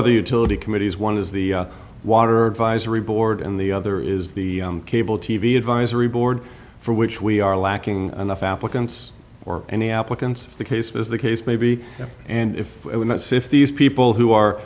other utility committees one is the water visor reboard and the other is the cable t v advisory board for which we are lacking enough applicants or any applicants the case is the case maybe and if that's if these people who are